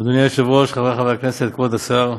היושב-ראש, חבריי חברי הכנסת, כבוד השר,